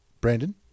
Brandon